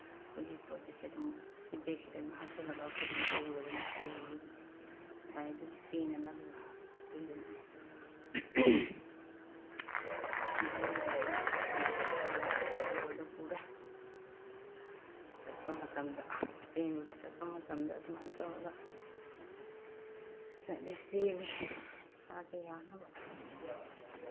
ꯑꯩꯈꯣꯏꯒꯤ ꯄꯣꯠ ꯆꯩꯁꯦ ꯑꯗꯨꯝ ꯕꯦꯒꯁꯤꯗ ꯑꯗꯨꯝ ꯍꯥꯞꯆꯤꯜꯂꯒ ꯑꯩꯈꯣꯏ ꯑꯗꯨꯝ ꯄꯨꯔꯕꯅꯤ ꯄꯨꯕꯩꯕꯨꯗꯤ ꯉꯁꯥꯏ ꯑꯗꯨꯒꯤ ꯆꯦꯟꯅꯅꯕꯗꯣ ꯑꯗꯨꯏꯗꯨꯅꯅꯤ ꯋꯦꯗꯔ ꯋꯦꯗꯔꯒꯤ ꯃꯈꯥ ꯄꯣꯟꯅ ꯑꯩꯈꯣꯏ ꯐꯤꯔꯣꯟ ꯁꯦꯠ ꯆꯥꯅꯕꯗꯣ ꯄꯨꯔꯦ ꯆꯠꯄ ꯃꯇꯝꯗ ꯆꯦꯟꯕꯒꯤ ꯆꯠꯄ ꯃꯇꯝꯗ ꯑꯗꯨꯃꯥꯏꯅ ꯇꯧꯔꯒ ꯆꯠꯂꯤ ꯆꯦꯜꯂꯤ ꯏꯁꯥꯁꯦ ꯌꯥꯡꯅꯕ